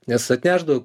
nes atnešdavo